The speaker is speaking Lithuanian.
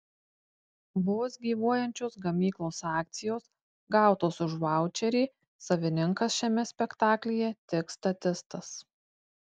vos gyvuojančios gamyklos akcijos gautos už vaučerį savininkas šiame spektaklyje tik statistas